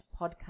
podcast